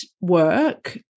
work